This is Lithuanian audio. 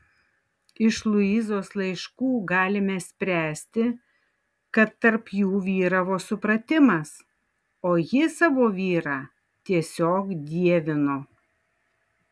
iš luizos laiškų galime spręsti kad tarp jų vyravo supratimas o ji savo vyrą tiesiog dievino